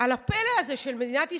על הפלא הזה של מדינת ישראל,